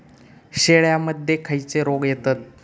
शेळ्यामध्ये खैचे रोग येतत?